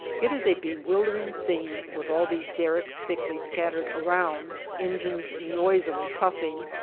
it is a bewildering scene, with all these derricks thickly scattered around, engines noisily puffing,